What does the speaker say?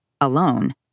alone